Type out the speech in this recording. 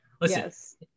listen